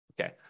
Okay